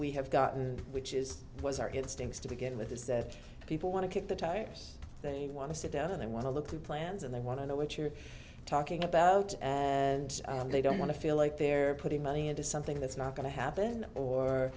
we have gotten which is was our instincts to begin with is that people want to kick the tires they want to sit down and they want to look through plans and they want to know what you're talking about and they don't want to feel like they're putting money into something that's not going to happen or